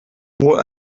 wohl